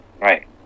Right